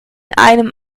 einem